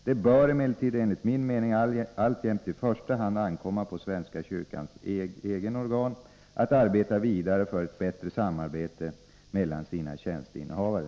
Det bör emellertid enligt min mening alltjämt i första hand ankomma på svenska kyrkans egna organ att arbeta vidare för ett bättre samarbete mellan sina tjänstinnehavare.